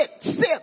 sit